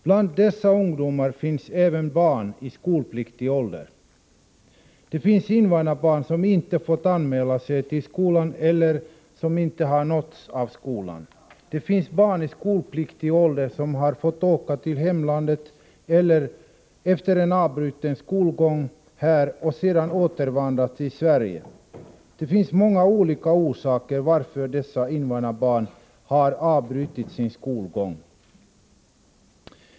Bland dessa ungdomar finns även barn i skolpliktig ålder. Det finns invandrarbarn som inte fått anmäla sig till skolan eller som inte har nåtts av skolan. Det finns också barn i skolpliktig ålder som har fått åka till hemlandet efter avbruten skolgång här och som sedan har återinvandrat till Sverige. Orsakerna till att dessa invandrarbarn har avbrutit sin skolgång är många.